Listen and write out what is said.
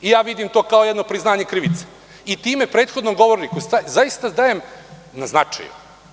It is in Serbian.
I ja to vidim kao jedno priznanje krivice, i time prethodnom govorniku, zaista dajem na značaju.